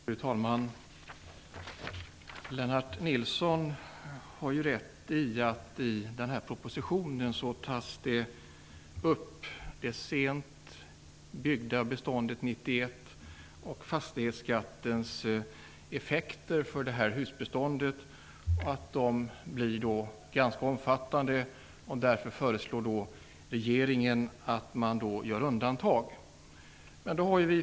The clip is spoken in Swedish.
Fru talman! Lennart Nilsson har rätt i att man i den här propositionen tar upp det sent byggda beståndet. Fastighetsskattens effekter för det husbestånd som tillkom 1991 blir ganska omfattande, och därför föreslår regeringen att man gör undantag.